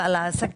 זה על העסקים,